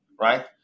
right